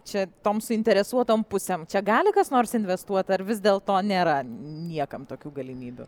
čia tom suinteresuotom pusėm čia gali kas nors investuot ar vis dėlto nėra niekam tokių galimybių